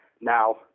Now